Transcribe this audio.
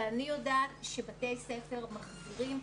ואני יודעת שבתי ספר מחזירים.